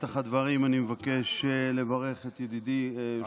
בפתח הדברים אני מבקש לברך את ידידי יושב-ראש,